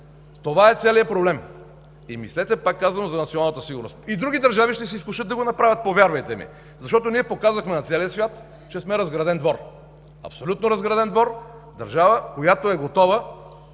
това е целият проблем. И мислете, пак казвам, за националната сигурност. И други държави ще се изкушат да го направят, повярвайте ми, защото ние показахме на целия свят, че сме разграден двор. Абсолютно разграден двор – политически елит, който е готов